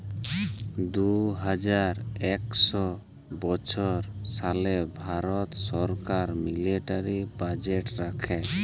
দু হাজার একুশ বাইশ সালে ভারত ছরকার মিলিটারি বাজেট রাখে